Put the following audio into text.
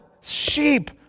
Sheep